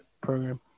program